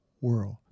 world